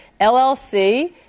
LLC